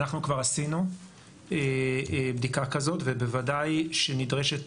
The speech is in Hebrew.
אנחנו כבר עשינו בדיקה כזאת ובוודאי שנדרשת,